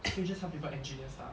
so you just help people engineer stuff